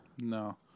No